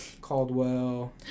Caldwell